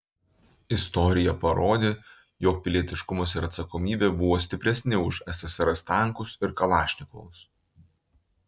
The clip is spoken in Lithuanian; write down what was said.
istorija parodė jog pilietiškumas ir atsakomybė buvo stipresni už ssrs tankus ir kalašnikovus